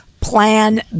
Plan